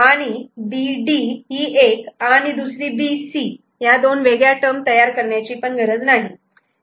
आणि B D ही एक आणि दुसरी B C या दोन वेगळ्या टर्म तयार करण्याची गरज नाही